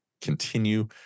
continue